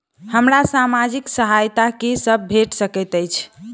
हमरा सामाजिक सहायता की सब भेट सकैत अछि?